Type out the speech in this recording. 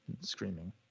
screaming